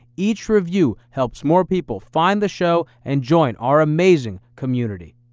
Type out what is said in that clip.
each review helps more people find the show and join our amazing community.